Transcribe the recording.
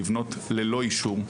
לבנות ללא אישור,